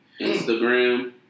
Instagram